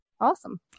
Awesome